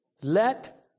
Let